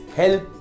help